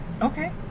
Okay